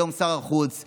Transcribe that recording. היום שר החוץ,